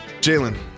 Jalen